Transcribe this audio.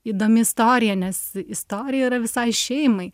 įdomi istorija nes istorija yra visai šeimai